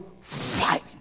fight